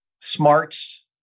smarts